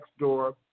Nextdoor